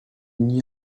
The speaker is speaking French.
n’y